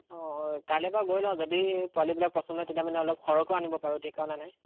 অঁ অঁ কাইলৈ বাৰু গৈ লওঁ যদি পোৱালিবিলাক পচন্দ হয় তেতিয়া মানে অলপ সৰহকৈ আনিব পাৰোঁ ঠিকনা নাই